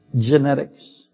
Genetics